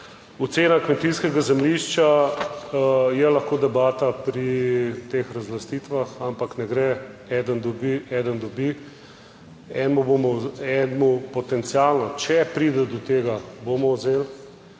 Ocena kmetijskega zemljišča je lahko debata pri teh razlastitvah. Ampak ne gre, eden dobi, eden dobi, enemu bomo, enemu potencialno, če pride do tega, bomo vzeli.